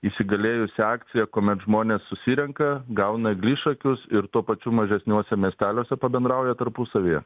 įsigalėjusi akcija kuomet žmonės susirenka gauna eglišakius ir tuo pačiu mažesniuose miesteliuose pabendrauja tarpusavyje